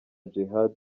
djihad